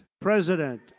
president